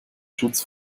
schutz